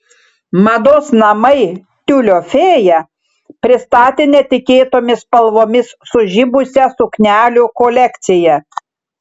mados namai tiulio fėja pristatė netikėtomis spalvomis sužibusią suknelių kolekciją